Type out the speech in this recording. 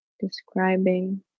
describing